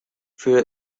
through